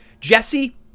Jesse